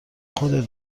خودت